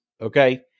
Okay